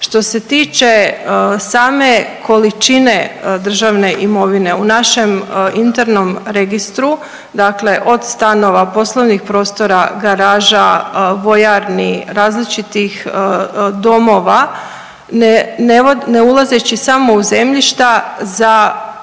Što se tiče same količine državne imovine u našem internom registru, dakle od stanova, poslovnih prostora, garaža, vojarni, različitih domova ne ulazeći samo u zemljišta za